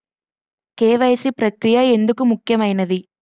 KYC ప్రక్రియ ఎందుకు ముఖ్యమైనది?